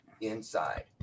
inside